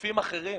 מגופים אחרים?